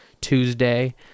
Tuesday